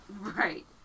right